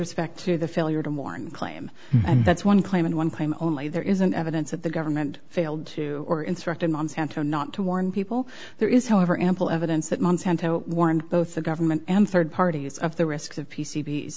respect to the failure to mourn claim and that's one claim and one claim only there isn't evidence that the government failed to or instructed monsanto not to warn people there is however ample evidence that monsanto warned both the government and third parties of the risks of p